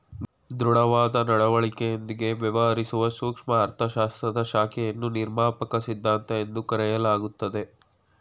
ದೃಢವಾದ ನಡವಳಿಕೆಯೊಂದಿಗೆ ವ್ಯವಹರಿಸುವ ಸೂಕ್ಷ್ಮ ಅರ್ಥಶಾಸ್ತ್ರದ ಶಾಖೆಯನ್ನು ನಿರ್ಮಾಪಕ ಸಿದ್ಧಾಂತ ಎಂದು ಕರೆಯಲಾಗುತ್ತದೆ